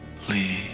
please